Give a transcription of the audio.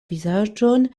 vizaĝon